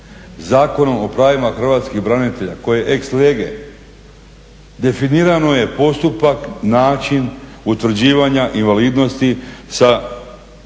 Zakonom o pravima hrvatskih branitelja koje ex lege definirano je postupak, način utvrđivanja invalidnosti sa čime,